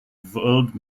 world